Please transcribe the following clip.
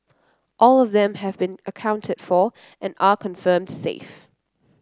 all of them have been accounted for and are confirmed safe